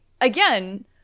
again